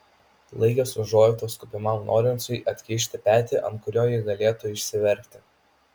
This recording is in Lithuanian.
laikas užuojautos kupinam lorencui atkišti petį ant kurio ji galėtų išsiverkti